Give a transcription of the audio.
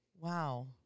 wow